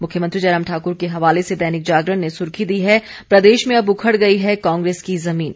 मुख्यमंत्री जयराम ठाकुर के हवाले से दैनिक जागरण ने सुर्खी दी है प्रदेश में अब उखड़ गई है कांग्रेस की जमीन